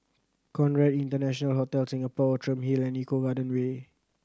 Conrad International Hotel Singapore Outram Hill and Eco Garden Way